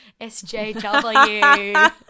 SJW